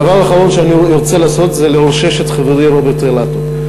הדבר האחרון שאני רוצה לעשות זה לרושש את חברי רוברט אילטוב.